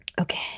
Okay